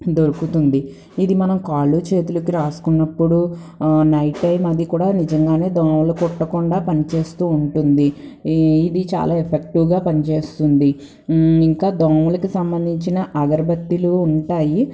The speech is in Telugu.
దొరుకుతుంది ఇది మనం కాళ్లు చేతులకి రాసుకున్నప్పుడు నైట్ టైం అది కూడా నిజంగానే దోమలు కుట్టకుండా పనిచేస్తూ ఉంటుంది ఇ ఇది చాలా ఎఫెక్టివ్గా పని చేస్తుంది ఇంకా దోమలకు సంబంధించిన అగరుబత్తీలు ఉంటాయి